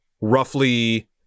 roughly